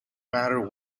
matter